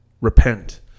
Repent